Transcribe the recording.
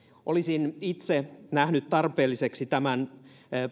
olisin itse nähnyt tarpeelliseksi tämän